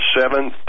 seven